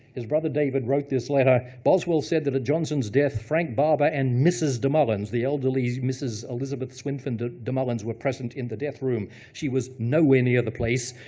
his brother david wrote this letter. boswell said that, at johnson's death, frank barber and mrs. desmoulins, the elderly mrs. elizabeth swynford desmoulinns, were present in the death room. she was nowhere near the place.